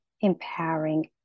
empowering